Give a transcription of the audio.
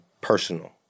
personal